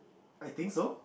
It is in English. I think so